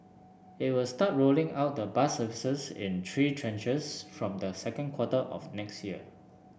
it will start rolling out the bus services in three tranches from the second quarter of next year